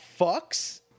fucks